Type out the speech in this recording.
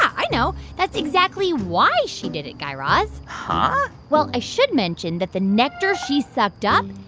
i know. that's exactly why she did it, guy raz huh? well, i should mention that the nectar she sucked up,